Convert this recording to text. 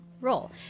role